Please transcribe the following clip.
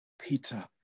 Peter